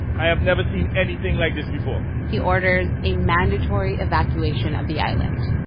i have never seen anything like this before he orders a mandatory evacuation of the island.